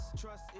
Trust